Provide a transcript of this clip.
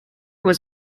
was